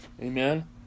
Amen